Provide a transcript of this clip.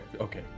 okay